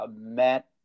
met